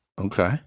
Okay